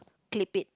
clip it